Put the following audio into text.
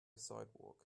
sidewalk